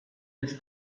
with